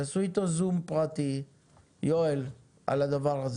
תעשו איתו זום פרטי, יואל, על הדבר הזה.